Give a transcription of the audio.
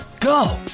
go